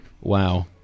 Wow